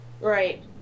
Right